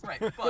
Right